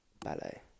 Ballet